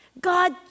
God